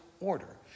order